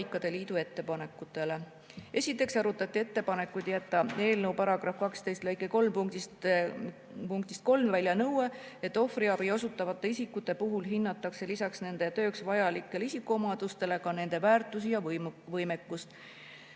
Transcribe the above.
Esiteks arutati ettepanekut jätta eelnõu § 12 lõike 3 punktist 3 välja nõue, et ohvriabi osutavate isikute puhul hinnatakse lisaks nende tööks vajalikele isikuomadustele ka nende väärtusi ja võimekust.